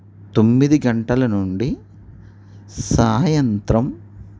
తొమ్మిది గంటల నుండి సాయంత్రం